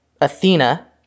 Athena